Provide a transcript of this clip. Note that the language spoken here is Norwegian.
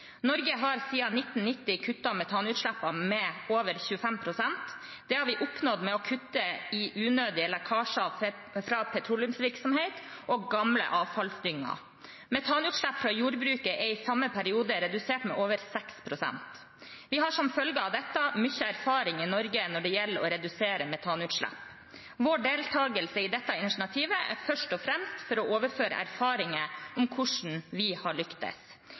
Norge har siden 1990 kuttet metanutslippene med over 25 pst. Det har vi oppnådd ved å kutte i unødige lekkasjer fra petroleumsvirksomhet og gamle avfallsdynger. Metanutslippene fra jordbruket er i samme periode redusert med over 6 pst. Vi har som følge av dette mye erfaring i Norge når det gjelder å redusere metanutslipp. Vår deltakelse i dette initiativet er først og fremst for å overføre erfaringer om hvordan vi har lyktes.